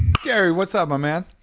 gary, what's up, my man?